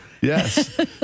Yes